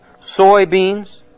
soybeans